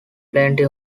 plenty